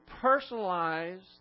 personalized